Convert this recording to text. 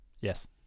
Yes